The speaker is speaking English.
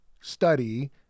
study